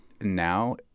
Now